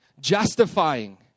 justifying